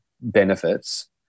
benefits